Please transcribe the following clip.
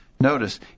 Notice